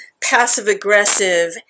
passive-aggressive